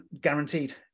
guaranteed